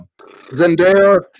Zendaya